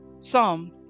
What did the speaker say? Psalm